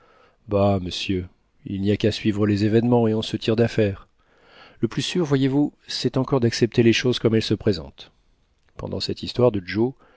bah monsieur il n'y a qu'à suivre les événements et on se tire d'affaire le plus sûr voyez-vous c'est encore d'accepter les choses comme elles se présentent pendant cette histoire de joe